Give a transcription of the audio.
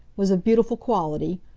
was of beautiful quality,